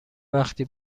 وقتی